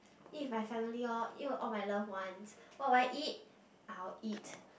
eat with my family orh eat with all my love ones what will I eat I'll eat